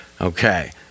Okay